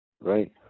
right